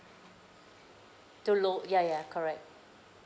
to loa~ ya ya correct